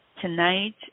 tonight